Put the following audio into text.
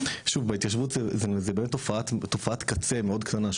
שוב בהתיישבות זה באמת תופעת קצה מאוד קטנה,